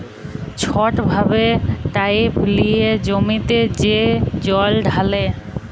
ছট ভাবে পাইপ লিঁয়ে জমিতে যে জল ঢালে